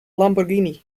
lamborghini